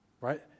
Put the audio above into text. right